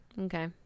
Okay